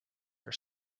are